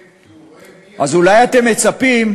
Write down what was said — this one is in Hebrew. כן, כי הוא רואה